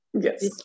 Yes